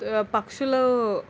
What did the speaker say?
పక్షులు